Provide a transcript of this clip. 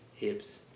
Hips